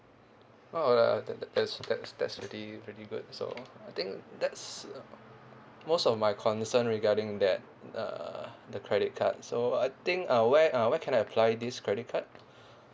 oh uh that that's that's that's pretty pretty good so I think that's most of my concern regarding that uh the credit card so I think uh where uh where can I apply this credit card